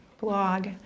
Blog